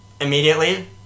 immediately